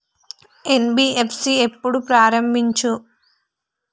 NBFC ఎప్పుడు ప్రారంభించిల్లు?